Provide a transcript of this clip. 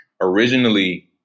Originally